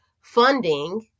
funding